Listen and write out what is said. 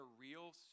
real